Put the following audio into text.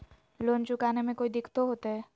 Loan चुकाने में कोई दिक्कतों होते?